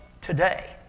today